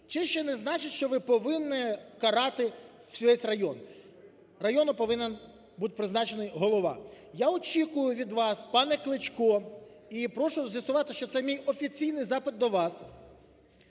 ще не значить, що ви повинні карати весь район. Району повинен бути призначений голова. Я очікую від вас, пане Кличко, і прошу з'ясувати, що це мій офіційний запит до вас,